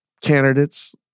candidates